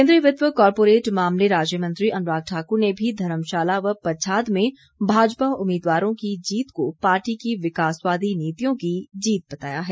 केंद्रीय वित्त व कॉर्पोरेट मामले राज्य मंत्री अनुराग ठाकुर ने भी धर्मशाला व पच्छाद में भाजपा उम्मीदवारों की जीत को पार्टी की विकासवादी नीतियों की जीत बताया है